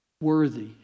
worthy